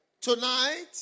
Tonight